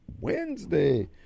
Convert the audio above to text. Wednesday